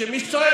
מי?